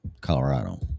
Colorado